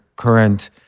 current